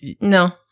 no